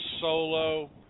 solo